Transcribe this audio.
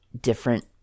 different